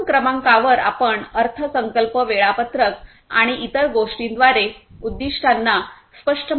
प्रथम क्रमांकावर आपण अर्थसंकल्प वेळापत्रक आणि इतर गोष्टींद्वारे उद्दीष्टांना स्पष्ट मर्यादा घातल्या पाहिजे